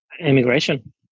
immigration